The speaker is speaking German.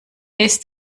ist